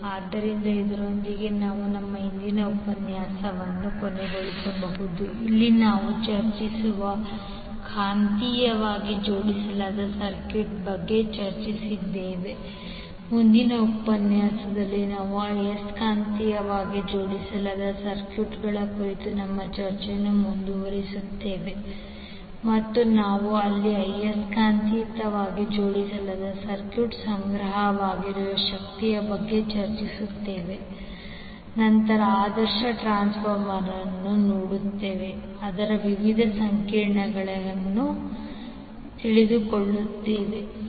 ಆದ್ದರಿಂದ ಇದರೊಂದಿಗೆ ನಾವು ನಮ್ಮ ಇಂದಿನ ಉಪನ್ಯಾಸವನ್ನು ಮುಚ್ಚಬಹುದು ಅಲ್ಲಿ ನಾವು ಚರ್ಚಿಸುವ ಕಾಂತೀಯವಾಗಿ ಜೋಡಿಸಲಾದ ಸರ್ಕ್ಯೂಟ್ ಬಗ್ಗೆ ಚರ್ಚಿಸುತ್ತೇವೆ ಮುಂದಿನ ಉಪನ್ಯಾಸದಲ್ಲಿ ನಾವು ಆಯಸ್ಕಾಂತೀಯವಾಗಿ ಜೋಡಿಸಲಾದ ಸರ್ಕ್ಯೂಟ್ಗಳ ಕುರಿತು ನಮ್ಮ ಚರ್ಚೆಯನ್ನು ಮುಂದುವರಿಸುತ್ತೇವೆ ಮತ್ತು ಅಲ್ಲಿ ನಾವು ಆಯಸ್ಕಾಂತೀಯವಾಗಿ ಜೋಡಿಸಲಾದ ಸರ್ಕ್ಯೂಟ್ನಲ್ಲಿ ಸಂಗ್ರಹವಾಗಿರುವ ಶಕ್ತಿಯ ಬಗ್ಗೆ ಚರ್ಚಿಸುತ್ತೇವೆ ನಂತರ ನಾವು ಆದರ್ಶ ಟ್ರಾನ್ಸ್ಫಾರ್ಮರ್ ಅನ್ನು ನೋಡುತ್ತೇವೆ ಮತ್ತು ಅದರ ವಿವಿಧ ಸಮೀಕರಣಗಳು ಧನ್ಯವಾದಗಳು